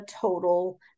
total